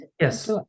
Yes